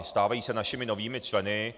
Stávají se našimi novými členy.